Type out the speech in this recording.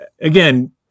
again